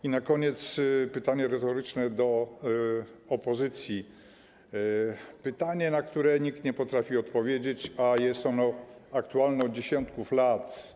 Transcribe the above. I na koniec pytanie retoryczne do opozycji, na które nikt nie potrafi odpowiedzieć, a jest ono aktualne od dziesiątków lat.